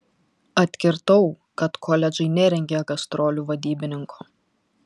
atkirtau kad koledžai nerengia gastrolių vadybininko